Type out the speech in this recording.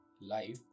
life